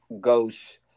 goes